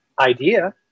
idea